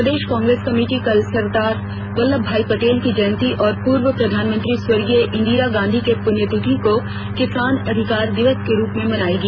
प्रदेश Congress committee कल सरदार वल्लभ भाई पटेल की जयंती औ पूर्व प्रधानमंत्री स्वर्गीय इंदिरा गांधी के पुण्यतिथि को किसान अधिकार दिवस के रूप में मनाएगी